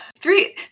three